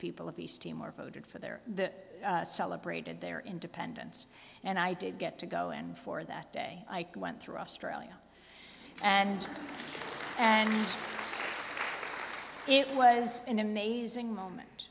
people of east timor voted for their that celebrated their independence and i did get to go and for that day i went through australia and and it was an amazing moment